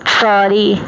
sorry